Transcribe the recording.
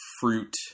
fruit